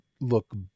look